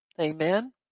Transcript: amen